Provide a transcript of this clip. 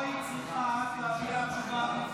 לא היית צריכה להביא את התשובה המתחמקת.